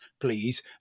please